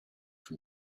from